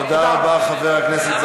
תודה רבה, חבר הכנסת זחאלקה.